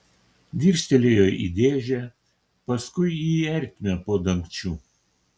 dirstelėjo į dėžę paskui į ertmę po dangčiu